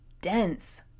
dense